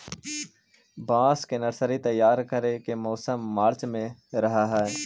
बांस के नर्सरी तैयार करे के मौसम मार्च में रहऽ हई